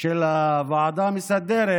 של הוועדה המסדרת,